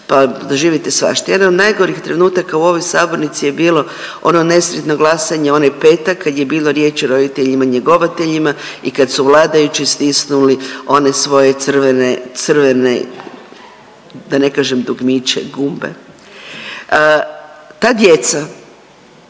pa doživite svašta. Jedan od najgorih trenutaka u ovoj sabornici je bilo ono nesretno glasanje u onaj petak kad je bilo riječi o roditeljima njegovateljima i kad su vladajući stisnuli one svoje crvene, crvene da ne kažem dugmiće, gumbe. Ta djeca